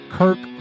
kirk